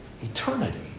Eternity